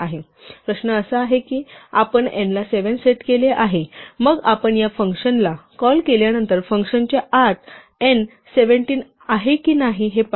प्रश्न असा आहे की आपण n ला 7 सेट केले आहे मग आपण या फंक्शनला कॉल केल्यांनतर फंक्शनच्या आत n 17 आता आहे की नाही हे पाहू